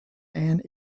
and